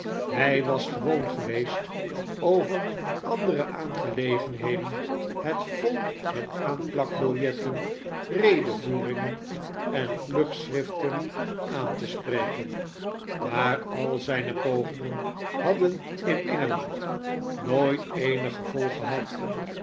hij was gewoon geweest over andere aangelegenheden het volk met aanplakbiljetten redevoeringen en vlugschriften aan te spreken maar al zijne pogingen hadden in engeland nooit eenig gevolg gehad